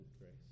grace